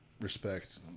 respect